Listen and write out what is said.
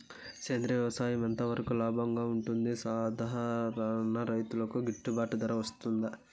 సేంద్రియ వ్యవసాయం ఎంత వరకు లాభంగా ఉంటుంది, సాధారణ రైతుకు గిట్టుబాటు ధర వస్తుందా?